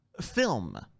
film